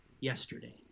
yesterday